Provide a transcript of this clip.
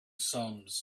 sums